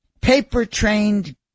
Paper-trained